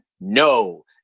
no